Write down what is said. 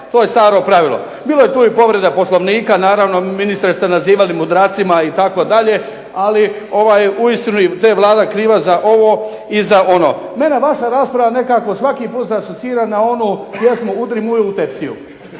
To je staro pravilo. Bilo je tu i povreda Poslovnika. Naravno ministre ste nazivali mudracima itd. Ali uistinu, te je Vlada kriva za ovo i za ono. Mene vaša rasprava nekako svaki put asocira na onu pjesmu "Udri Mujo u tepsiju"